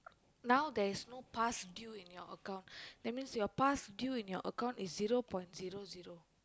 now there is no past due in your account that means your past due in your account is zero point zero zero